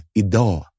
idag